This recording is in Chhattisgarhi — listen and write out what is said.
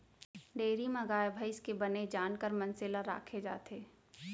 डेयरी म गाय भईंस के बने जानकार मनसे ल राखे जाथे